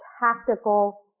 tactical